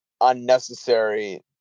unnecessary